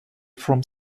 from